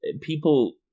people